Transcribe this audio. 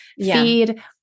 feed